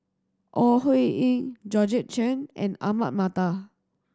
Ore Huiying Georgette Chen and Ahmad Mattar